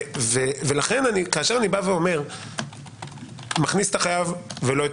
ולכן כאשר אני מכניס את החייב ולא את